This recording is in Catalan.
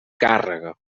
càrrega